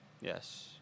Yes